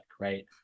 right